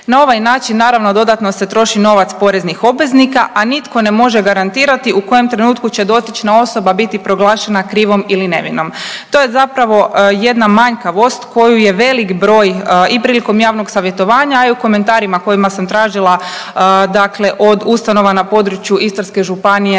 Na ovaj način naravno dodatno se troši novac poreznih obveznika, a nitko ne može garantirati u kojem trenutku će dotična osoba biti proglašena krivom ili nevinom. To je zapravo jedna manjkavost koju je velik broj i prilikom javnog savjetovanja, a i u komentarima kojima sam tražila od ustanova na području Istarske županije